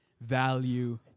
value